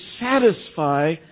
satisfy